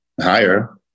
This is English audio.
higher